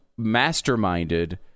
masterminded